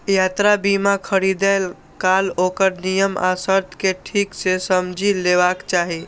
यात्रा बीमा खरीदै काल ओकर नियम आ शर्त कें ठीक सं समझि लेबाक चाही